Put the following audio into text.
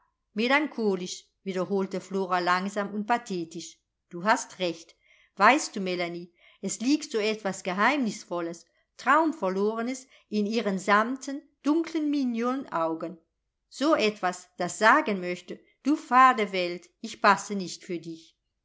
melancholisch wiederholte flora langsam und pathetisch du hast recht weißt du melanie es liegt so etwas geheimnisvolles traumverlorenes in ihren samtnen dunklen mignonaugen so etwas das sagen möchte du fade welt ich passe nicht für dich